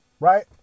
Right